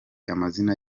amazina